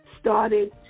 started